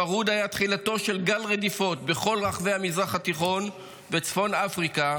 הפרהוד היה תחילתו של גל רדיפות בכל רחבי המזרח התיכון וצפון אפריקה.